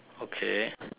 okay